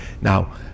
Now